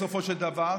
בסופו של דבר,